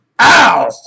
Ow